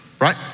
right